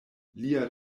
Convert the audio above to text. lia